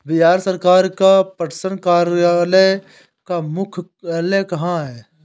बिहार सरकार का पटसन कार्यालय का मुख्यालय कहाँ है?